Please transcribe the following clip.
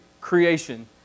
creation